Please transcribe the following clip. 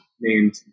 named